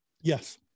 Yes